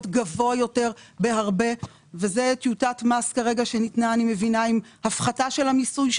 גבוה יותר בהרבה ואני מבינה שזאת טיוטה שניתנה עם הפחתה של המיסוי.